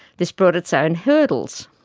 this brought its own hurdles.